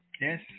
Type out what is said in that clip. Yes